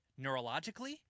neurologically